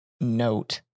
note